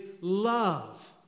love